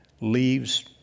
leaves